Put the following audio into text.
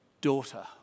daughter